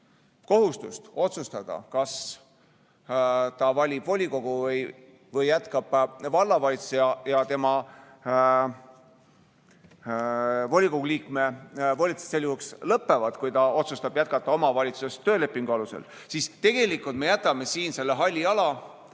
kohustust otsustada, kas ta valib volikogu või jätkab vallavalitsuses ja tema volikogu liikme volitused sel juhul lõpevad, kui ta otsustab jätkata omavalitsuses töölepingu alusel, siis tegelikult me jätame siin selle halli ala.